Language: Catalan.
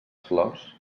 flors